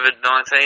COVID-19